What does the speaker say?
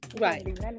Right